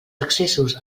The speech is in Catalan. accessos